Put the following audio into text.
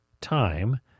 time